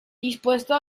dispuesto